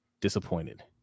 disappointed